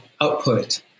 output